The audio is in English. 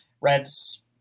Reds